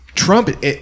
Trump